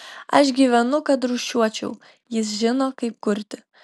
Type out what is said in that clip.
aš gyvenu kad rūšiuočiau jis žino kaip kurti